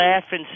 laughing